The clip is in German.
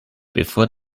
bevor